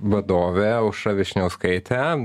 vadovė aušra višniauskaitė